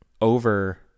over